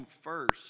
first